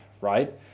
right